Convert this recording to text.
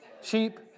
Sheep